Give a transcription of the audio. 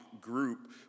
group